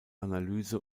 analyse